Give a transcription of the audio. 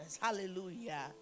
Hallelujah